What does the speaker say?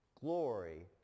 glory